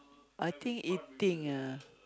I think eating ah